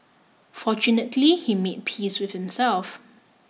fortunately he made peace with himself